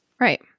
Right